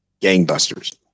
gangbusters